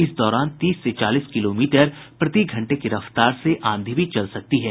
इस दौरान तीस से चालीस किलोमीटर प्रतिघंटे की रफ्तार से आंधी भी चल सकती है